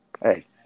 hey